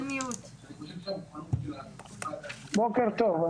בוקר טוב.